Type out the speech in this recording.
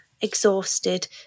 exhausted